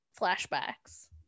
flashbacks